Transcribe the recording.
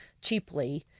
cheaply